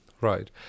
Right